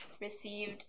received